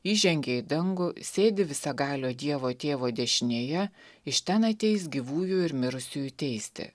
įžengė į dangų sėdi visagalio dievo tėvo dešinėje iš ten ateis gyvųjų ir mirusiųjų teisti